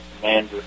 commander